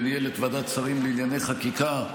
וניהל את ועדת השרים לענייני חקיקה,